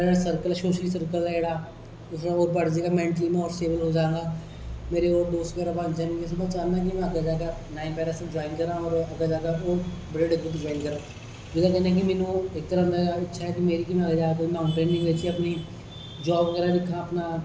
जेकड़ा circle ऐ में चाहना कि में अग्गे जा के नाइन पैरा असएफ जाइन करां और इंडियन आर्मी जाइन करां जाके में अपनी जाॅव बगैरा दिक्खां आपना